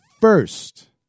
first